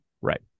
right